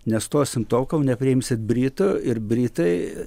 nestosim tol kol nepriimsit britų ir britai